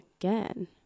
again